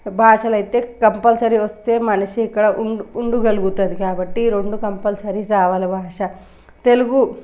భాషలు అయితే కంపల్సరీ వస్తే మనిషి ఎక్కడ ఉండు ఉండగలుగుతుంది కాబట్టి ఈ రెండు కంపల్సరీ రావాలి భాష తెలుగు